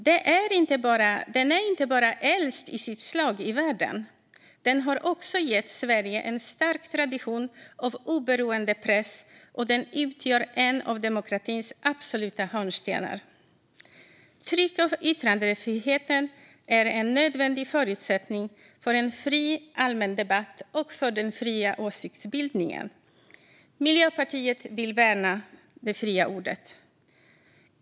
Den är inte bara äldst i sitt slag i världen, den har också gett Sverige en stark tradition av oberoende press och utgör en av demokratins absoluta hörnstenar. Tryck och yttrandefriheten är en nödvändig förutsättning för en fri allmän debatt och för den fria åsiktsbildningen. Miljöpartiet vill värna det fria ordet.